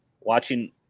Watching